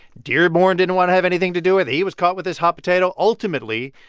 dearborn didn't want to have anything to do with it. he was caught with this hot potato. ultimately,